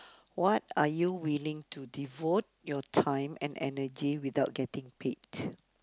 what are you willing to devote your time and energy without getting paid